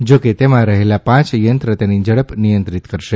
જા કે તેમાં રહેલા પાંચ યંત્ર તેની ઝડપ નિયંત્રીત કરશે